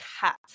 cat